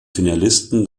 finalisten